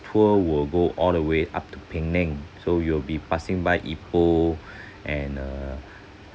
tour will go all the way up to penang so you'll be passing by ipoh and uh